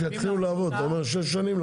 שיתחילו לעבוד, אתה אומר שלקח שש שנים.